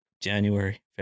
January